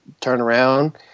turnaround